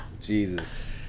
Jesus